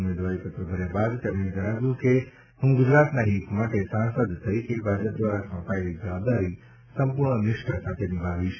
ઉમેદવારીપત્ર ભર્યા બાદ તેમણે જણાવ્યું કે હું ગુજરાતના હિત માટે સાંસદ તરીકે ભાજપ દ્વારા સોંપાયેલ જવાબદારી સંપૂર્ણ નિષ્ઠા સાથે નિભાવીશ